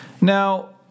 Now